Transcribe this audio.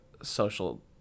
social